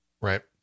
Right